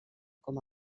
com